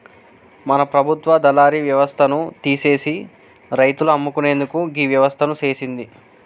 మన ప్రభుత్వ దళారి యవస్థను తీసిసి రైతులు అమ్ముకునేందుకు గీ వ్యవస్థను సేసింది